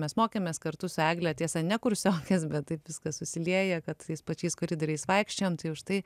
mes mokėmės kartu su egle tiesa ne kursiokės bet taip viskas susilieja kad tais pačiais koridoriais vaikščiojant štai